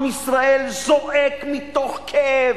עם ישראל זועק מתוך כאב,